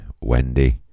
Wendy